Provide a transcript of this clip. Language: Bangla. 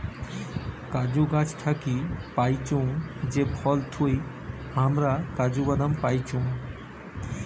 কাজু গাছ থাকি পাইচুঙ যে ফল থুই হামরা কাজু বাদাম পাইচুং